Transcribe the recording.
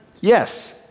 Yes